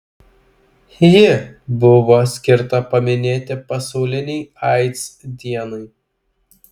ji buvo skirta paminėti pasaulinei aids dienai